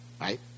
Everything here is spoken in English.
Right